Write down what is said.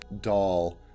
doll